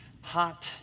hot